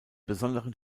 besonderen